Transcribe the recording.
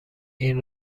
این